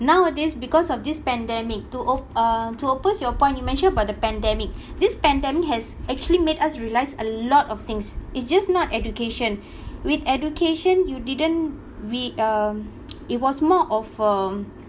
nowadays because of this pandemic to op~ uh to oppose your point you mentioned about the pandemic this pandemic has actually made us realise a lot of things it's just not education with education you didn't we um it was more of a